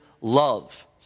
love